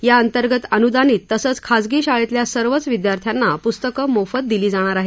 याअंतर्गत अनुदानित तसंच खाजगी शाळेतल्या सर्वच विद्यार्थ्यांना पुस्तकं मोफत दिली जाणार आहेत